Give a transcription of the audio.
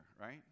right